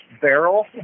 barrel